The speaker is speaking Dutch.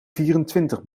vierentwintig